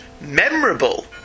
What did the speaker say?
memorable